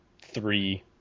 three